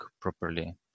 properly